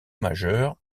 majeur